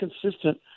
consistent